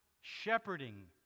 shepherding